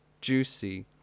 juicy